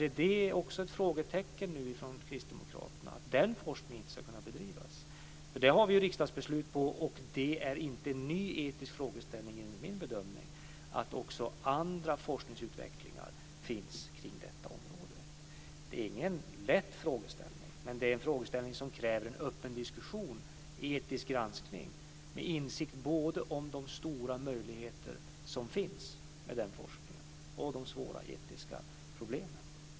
Sätter kristdemokraterna nu frågetecken när det gäller om den forskningen ska kunna bedrivas? Det har vi riksdagsbeslut på, och det är enligt min bedömning ingen ny etisk frågeställning att också utveckling av andra forskningsgrenar finns på detta område. Det är ingen lätt frågeställning, men det är en frågeställning som kräver en öppen diskussion och etisk granskning med insikt både om de stora möjligheter som finns med den forskningen och de svåra etiska problemen.